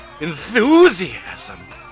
enthusiasm